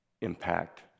impact